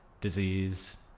disease